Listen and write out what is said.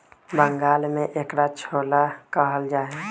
बंगाल में एकरा छोला कहल जाहई